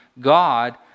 God